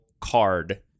card